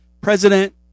president